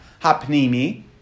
hapnimi